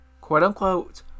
quote-unquote